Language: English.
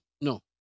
no